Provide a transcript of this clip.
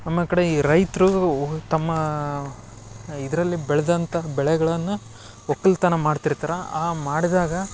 ಆಮೇಕಡೆ ಈ ರೈತರು ತಮ್ಮ ಇದರಲ್ಲಿ ಬೆಳೆದಂಥ ಬೆಳೆಗಳನ್ನು ಒಕ್ಕಲುತನ ಮಾಡ್ತಿರ್ತಾರ ಆ ಮಾಡಿದಾಗ